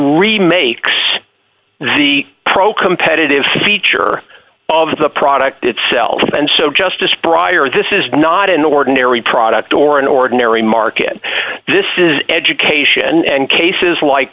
remakes the pro competitive feature of the product itself and so justice brier this is not an ordinary product or an ordinary market this is education and cases